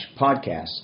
podcast